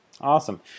Awesome